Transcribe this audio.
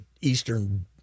Eastern